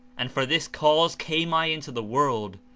and for this cause came i into the world,